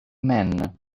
man